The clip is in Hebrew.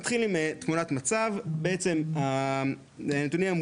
אם נסתכל על האוכלוסייה של החולים החדשים,